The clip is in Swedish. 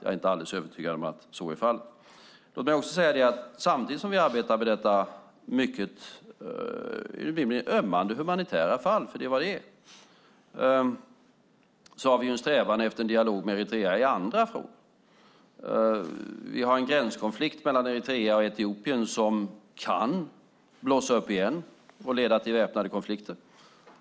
Jag är inte alldeles övertygad om att så är fallet. Samtidigt som vi arbetar med detta mycket ömmande humanitära fall - det är vad det är - har vi en strävan efter en dialog med Eritrea i andra frågor. Vi har en gränskonflikt mellan Eritrea och Etiopien som kan blossa upp igen och leda till väpnade konflikter.